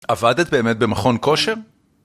עבדת באמת במכון כושר?